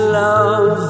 love